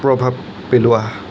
প্ৰভাৱ পেলোৱা